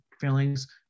feelings